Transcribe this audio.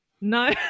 no